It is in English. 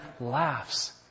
laughs